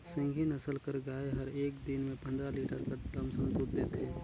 सिंघी नसल कर गाय हर एक दिन में पंदरा लीटर कर लमसम दूद देथे